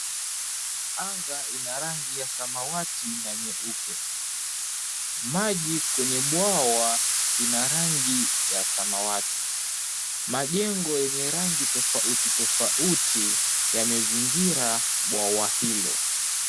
Anga ina rangi ya samawati na nyeupe. Maji kwenye bwawa lina rangi ya samawati. Majengo yenye rangi tofauti tofauti yamezingira bwawa hilo.